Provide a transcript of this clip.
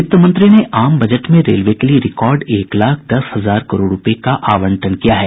वित्त मंत्री ने आम बजट में रेलवे के लिए रिकॉर्ड एक लाख दस हजार करोड़ रूपये का आवंटन किया है